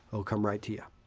it'll come right to you.